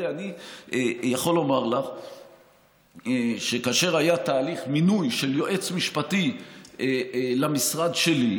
אני יכול לומר לך שכאשר היה תהליך מינוי של יועץ משפטי למשרד שלי,